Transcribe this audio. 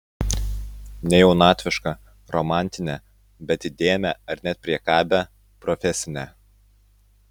ne jaunatvišką romantinę bet įdėmią ar net priekabią profesinę